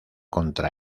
contra